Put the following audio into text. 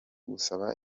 gusaba